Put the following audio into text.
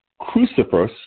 cruciferous